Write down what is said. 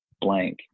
blank